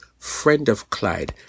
friendofclyde